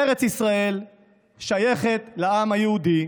ארץ ישראל שייכת לעם היהודי.